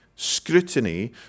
scrutiny